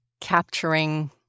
capturing